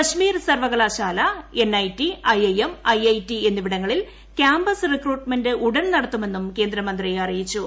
Kashmir university NIT IIM IIT എന്നിവിടങ്ങളിൽ campus recruitment ഉടൻ നടത്തുമെന്നും കേന്ദ്രമന്ത്രി അറിയിച്ചു